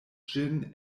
ĝin